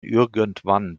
irgendwann